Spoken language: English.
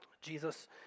Jesus